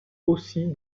aussi